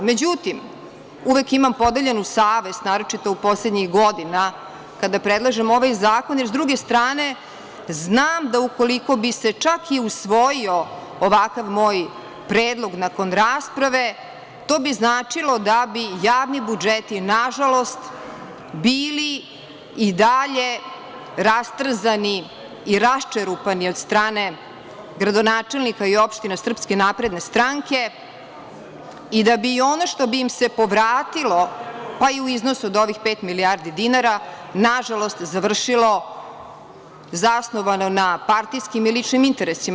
Međutim, uvek imam podeljenu savest, naročito poslednjih godina, kada predlažem ovaj zakon, jer s druge strane, znam da ukoliko bi se čak i usvojio ovakav moj predlog nakon rasprave, to bi značilo da bi javni budžeti nažalost bili i dalje rastrzani i raščerupani od strane gradonačelnika i opština SNS i da bi i ono što bi im se povratilo, pa i u iznosu od ovih pet milijardi dinara, nažalost, završilo zasnovano na partijskim i ličnim interesima.